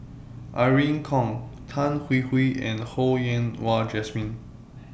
Irene Khong Tan Hwee Hwee and Ho Yen Wah Jesmine